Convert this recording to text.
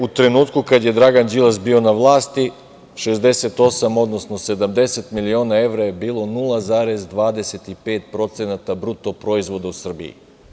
To je u trenutku kada je Dragan Đilas bio na vlasti 68 odnosno 70 miliona evra je bilo 0,25% bruto proizvoda u Srbiji.